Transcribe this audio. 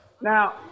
Now